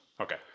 Okay